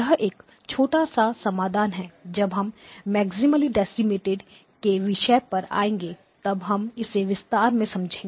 यह एक छोटा सा समाधान है जब हम मैक्सिमली डेसिमेटेड के विषय पर आएंगे तब हम इसे विस्तार से समझेंगे